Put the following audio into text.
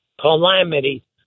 calamity